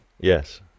Yes